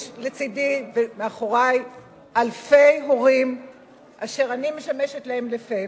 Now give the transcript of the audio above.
יש לצדי ומאחורי אלפי הורים אשר אני משמשת להם לפה,